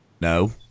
No